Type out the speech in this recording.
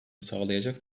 sağlayacak